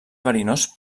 verinós